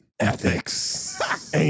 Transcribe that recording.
ethics